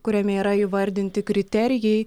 kuriame yra įvardinti kriterijai